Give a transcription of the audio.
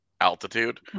Altitude